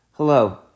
Hello